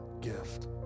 gift